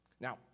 Now